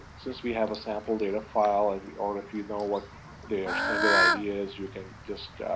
since we have a sample data files, and we already know what the sender id is, you can just